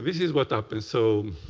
is what happens. so